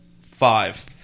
five